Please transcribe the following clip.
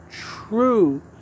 true